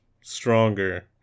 stronger